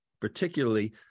particularly